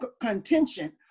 contention